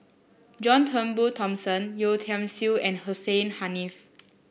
John Turnbull Thomson Yeo Tiam Siew and Hussein Haniff